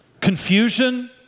confusion